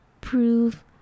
Prove